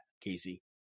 Casey